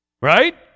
right